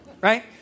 Right